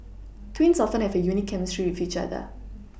twins often have a unique chemistry with each other